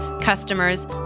customers